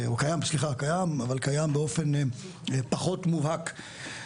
או קיים אבל באופן פחות מובהק.